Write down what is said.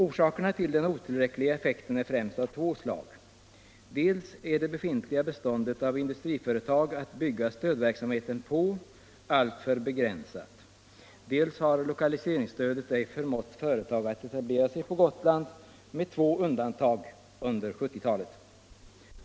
Orsakerna till den otillräckliga effekten är främst av två slag: dels är det befintliga beståndet av industriföretag att bygga stödverksamheten på alltför begränsat, dels har lokaliseringsstödet ej förmått företag att etablera sig på Gotland, med två undantag under 1970-talet.